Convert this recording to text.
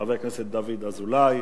חבר הכנסת דוד אזולאי.